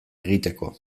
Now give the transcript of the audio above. egiteko